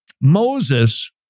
Moses